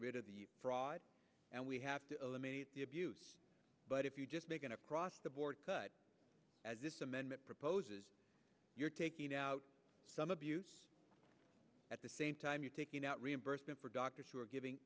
rid of the fraud and we have to eliminate the abuse but if you just make an across the board cut as this amendment proposes you're taking out some abuse at the same time you're taking out reimbursement for doctors who are giving